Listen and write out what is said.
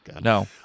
No